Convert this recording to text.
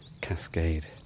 cascade